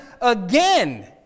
again